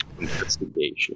Investigation